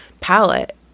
palette